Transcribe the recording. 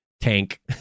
tank